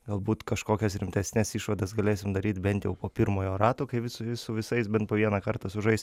galbūt kažkokias rimtesnes išvadas galėsim daryt bent jau po pirmojo rato kai visi su visais bent po vieną kartą sužais